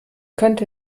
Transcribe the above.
könnte